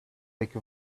like